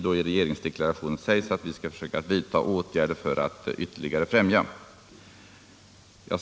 I regeringsdeklarationen står det också att man skall försöka vidta åtgärder för att främja bostadsägandet.